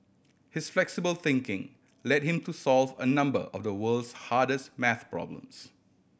his flexible thinking led him to solve a number of the world's hardest maths problems